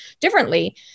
differently